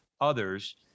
others